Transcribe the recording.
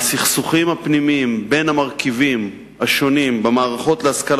הסכסוכים הפנימיים בין המרכיבים השונים במערכות להשכלה